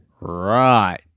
Right